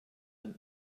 ein